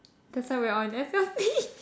that's why we're all in S_L_C